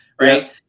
Right